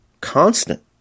constant